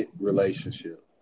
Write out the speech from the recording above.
relationship